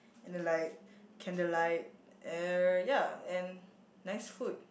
and then like candlelight uh ya and nice food